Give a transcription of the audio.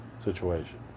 situation